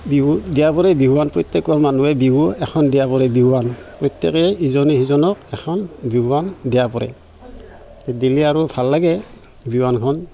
বিহু দিয়া পৰে বিহুৱান প্ৰত্যেকৰ মানুহে বিহু এখন দিয়া পৰে বিহুৱান প্ৰত্যেকেই ইজনে সিজনক এখন বিহুৱান দিয়া পৰে দিলে আৰু ভাল লাগে বিহুৱানখন